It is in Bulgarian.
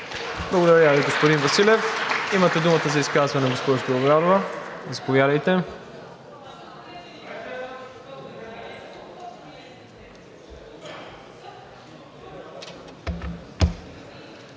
Благодаря Ви, господин Василев. Имате думата за изказване, госпожо Белобрадова, заповядайте.